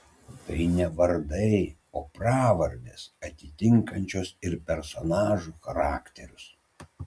tai ne vardai o pravardės atitinkančios ir personažų charakterius